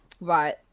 Right